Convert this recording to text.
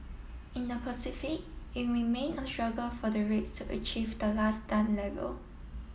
in the Pacific it remained a struggle for the rates to achieve the last done level